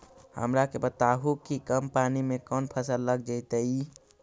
हमरा के बताहु कि कम पानी में कौन फसल लग जैतइ?